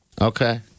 Okay